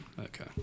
Okay